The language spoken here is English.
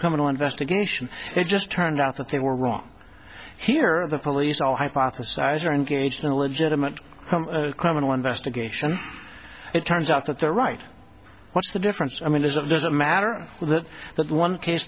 criminal investigation it just turned out that they were wrong here the police all hypothesize or engaged in a legitimate criminal investigation it turns out that the right what's the difference i mean there's a there's a matter of that but one case